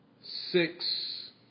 six